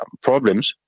problems